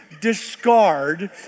discard